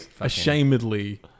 ashamedly